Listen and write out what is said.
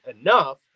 enough